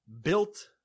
Built